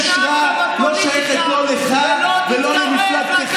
מפני שהמילה "יושרה" לא שייכת לא לך ולא למפלגתך,